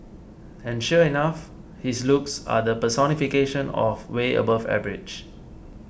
and sure enough his looks are the personification of way above average